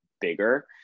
bigger